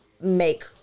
Make